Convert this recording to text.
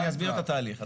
אני אסביר את התהליך.